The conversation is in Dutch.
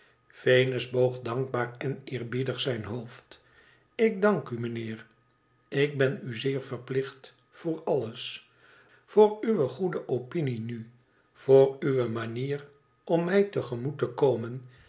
venus boog dankbaar en eerbiedig zijn hoofd ik dank n mijnheer ik ben u zeer verplicht voor alles voor uwe goede opinie nu voor uwe manier om mij te gemoet te komen